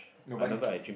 nobody care